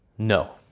No